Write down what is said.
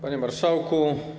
Panie Marszałku!